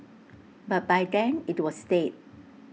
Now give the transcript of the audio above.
but by then IT was dead